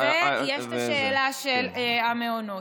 יש שאלה של המעונות.